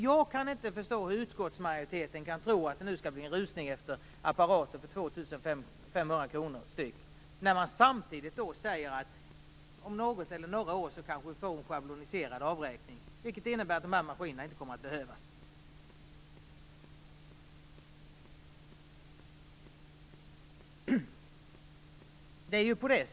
Jag kan inte förstå hur utskottsmajoriteten kan tro att det nu skall bli en rusning efter apparater för 2 500 kr när det sägs att det inom något eller några år kanske införs en schabloniserad avräkning, vilket innebär att dessa apparater inte kommer att behövas.